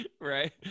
right